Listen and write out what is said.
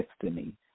destiny